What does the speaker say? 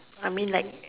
I mean like